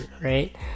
right